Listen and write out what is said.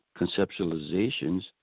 conceptualizations